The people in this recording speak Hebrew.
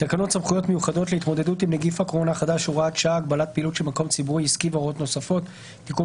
בתוקף